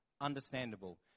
understandable